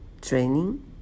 training